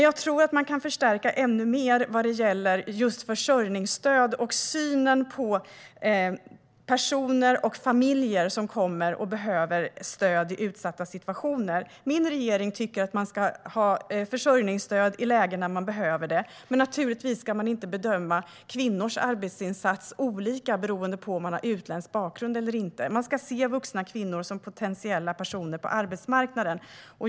Jag tror att man kan förstärka ännu mer när det gäller just försörjningsstöd och synen på personer och familjer som kommer och behöver stöd i utsatta situationer. Min regering tycker att man ska ha försörjningsstöd i lägen när man behöver det. Men naturligtvis ska man inte bedöma kvinnors arbetsinsats olika beroende på om de har utländsk bakgrund eller inte. Man ska se vuxna kvinnor som potentiella personer på arbetsmarknaden.